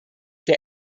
der